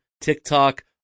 TikTok